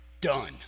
done